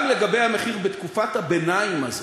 גם לגבי המחיר בתקופת הביניים הזאת,